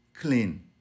clean